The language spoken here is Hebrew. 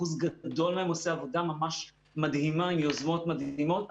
אחוז גדול מהם עושה עבודה ממש מדהימה עם יוזמות מדהימות.